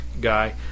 guy